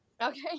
Okay